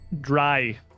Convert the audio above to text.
dry